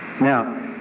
Now